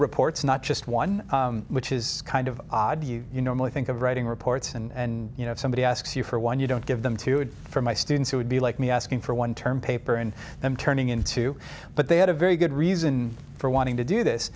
reports not just one which is kind of odd you normally think of writing reports and you know if somebody asks you for one you don't give them two for my students who would be like me asking for one term paper and i'm turning into but they had a very good reason for wanting to do this